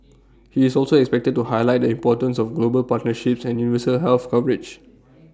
he is also expected to highlight the importance of global partnerships and universal health coverage